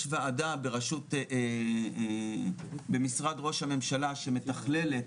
יש ועדה במשרד ראש הממשלה שמתכללת,